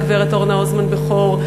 הגברת אורנה הוזמן-בכור,